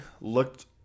looked